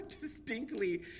distinctly